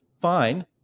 fine